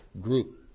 group